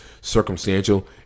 circumstantial